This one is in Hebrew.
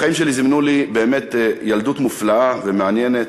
החיים שלי זימנו לי באמת ילדות מופלאה ומעניינת,